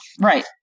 Right